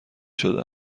شده